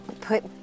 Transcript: put